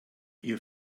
ihr